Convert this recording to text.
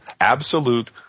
absolute